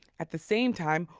at the same time,